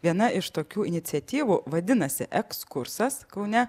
viena iš tokių iniciatyvų vadinasi ekskursas kaune